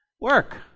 work